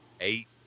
eight